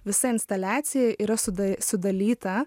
visa instaliacija yra suda sudalyta